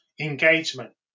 Engagement